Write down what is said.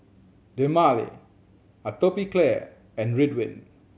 Dermale Atopiclair and Ridwind